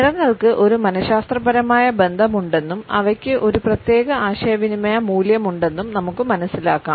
നിറങ്ങൾക്ക് ഒരു മനശാസ്ത്രപരമായ ബന്ധമുണ്ടെന്നും അവയ്ക്ക് ഒരു പ്രത്യേക ആശയവിനിമയ മൂല്യമുണ്ടെന്നും നമുക്ക് മനസ്സിലാക്കാം